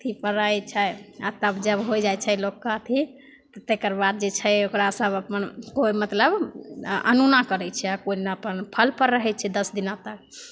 अथीपर रहै छै आओर तब जब होइ जाइ छै लोकके अथी तकर बाद जे छै ओकरा सभ अपन कोइ मतलब अनोना करै छै आओर कोइ ने अपन फलपर रहै छै दस दिना तक